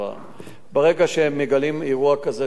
ברגע שהם מגלים אירוע כזה של גרפיטי,